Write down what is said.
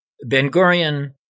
Ben-Gurion